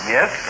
Yes